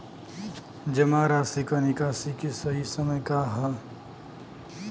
जमा राशि क निकासी के सही समय का ह?